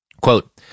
Quote